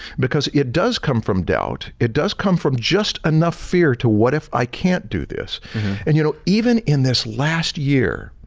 because it does come from doubt, it does come from just enough fear to what if i can't do this and you know, even in this last year,